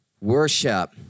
Worship